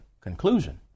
conclusion